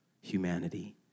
humanity